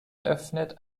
eröffnet